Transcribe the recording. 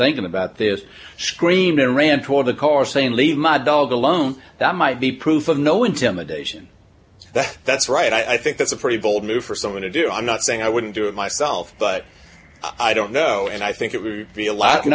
thinking about this screamed and ran toward the car saying leave my dog alone that might be proof of no intimidation that that's right i think that's a pretty bold move for someone to do i'm not saying i wouldn't do it myself but i don't know and i think it would be a lot you